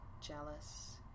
jealous